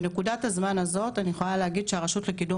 בנקודת הזמן הזאת אני יכולה להגיד שהרשות לקידום